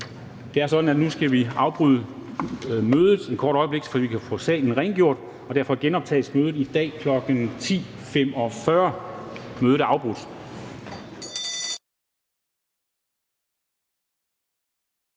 Det er sådan, at vi nu skal afbryde mødet et kort øjeblik, så vi kan få salen rengjort, og derfor genoptages mødet i dag kl. 10.45. Mødet er udsat.